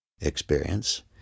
experience